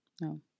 No